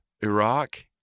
Iraq